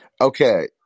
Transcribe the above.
Okay